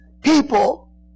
people